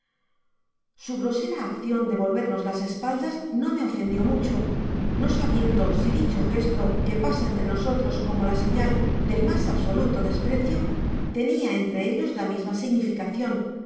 su grosera accion de volvernos las espaldas no me ofendio mucho no sabiendo si dicho gesto que pasa entre nosotros como la señal del mas absoluto desprecio tenia entre ellos la misma significacion